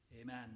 amen